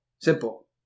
Simple